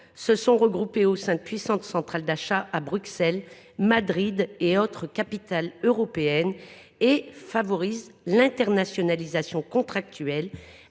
se sont regroupés au sein de puissantes centrales d’achat à Bruxelles, à Madrid et dans d’autres capitales européennes. Ce faisant, ils favorisent l’internationalisation contractuelle,